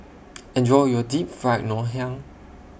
Enjoy your Deep Fried Ngoh Hiang